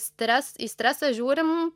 stres į stresą žiūrim